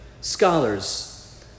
scholars